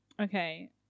okay